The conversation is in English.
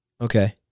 Okay